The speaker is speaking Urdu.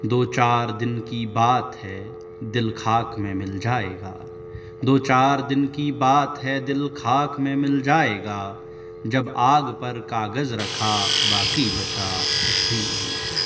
دو چار دن کی بات ہے دل خاک میں مل جائے گا دو چار دن کی بات ہے دل خاک میں مل جائے گا جب آگ پر کاغذ رکھا باقی بچا کچھ بھی نہیں